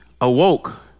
awoke